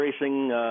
racing